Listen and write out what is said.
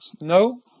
no